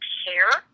care